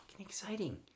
Exciting